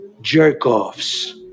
Jerk-offs